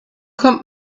kommt